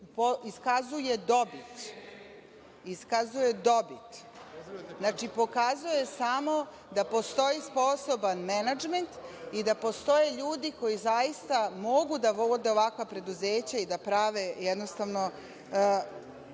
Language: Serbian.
iskazuje dobit, znači pokazuje samo da postoji sposoban menadžment i da postoje ljudi koji zaista mogu da vode ovakva preduzeća i da prave jednostavno